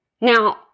Now